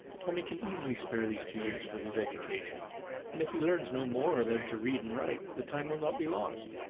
tommy can easily spare these two years for his education and if he learns no more than to read and write, the time will not be lost.